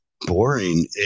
boring